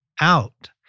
out